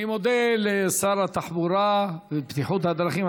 אני מודה לשר התחבורה והבטיחות בדרכים,